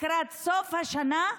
לקראת סוף השנה,